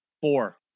Four